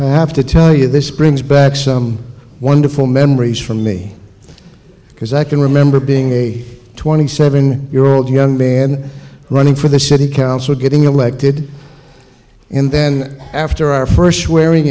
i have to tell you this brings back some wonderful memories for me because i can remember being a twenty seven year old young man running for the city council getting elected and then after our first swearing